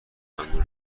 انجام